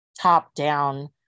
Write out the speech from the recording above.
top-down